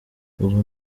ubu